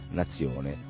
nazione